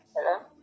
Hello